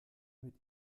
mit